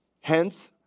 Hence